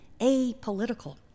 apolitical